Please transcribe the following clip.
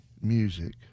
music